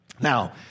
Now